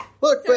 Look